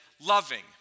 loving